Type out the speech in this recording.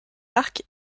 arcs